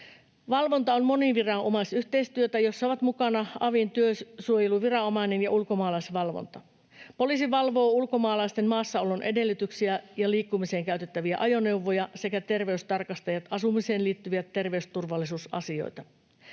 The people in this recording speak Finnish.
Valvonta on moniviranomaisyhteistyötä, jossa ovat mukana avin työsuojeluviranomainen ja ulkomaalaisvalvonta. Poliisi valvoo ulkomaalaisten maassaolon edellytyksiä ja liikkumiseen käytettäviä ajoneuvoja ja terveystarkastajat asumiseen liittyviä terveysturvallisuusasioita.